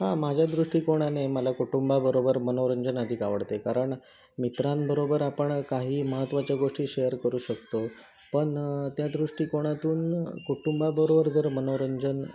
हां माझ्या दृष्टीकोनाने मला कुटुंबाबरोबर मनोरंजन अधिक आवडते कारण मित्रांबरोबर आपण काही महत्त्वाच्या गोष्टी शेअर करू शकतो पण त्या दृष्टीकोनातून कुटुंबाबरोबर जर मनोरंजन